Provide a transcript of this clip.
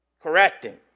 correcting